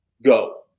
go